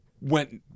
went